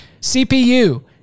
CPU